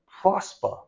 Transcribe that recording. prosper